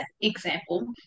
example